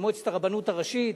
של מועצת הרבנות הראשית,